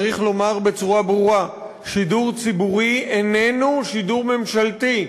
צריך לומר בצורה ברורה: שידור ציבורי איננו שידור ממשלתי.